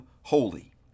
holy